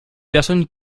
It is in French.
personnes